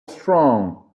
strong